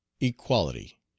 Equality